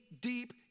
Deep